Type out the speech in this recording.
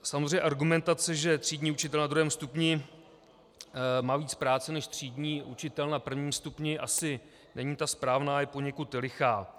Samozřejmě argumentace, že třídní učitel na druhém stupni má víc práce než třídní učitel na prvním stupni, asi není ta správná, je poněkud lichá.